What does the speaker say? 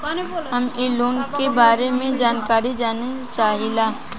हम इ लोन के बारे मे जानकारी जाने चाहीला?